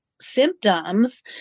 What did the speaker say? symptoms